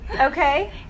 Okay